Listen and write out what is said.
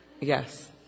Yes